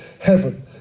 heaven